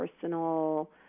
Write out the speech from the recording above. personal